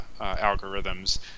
algorithms